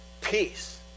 peace